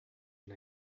and